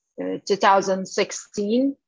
2016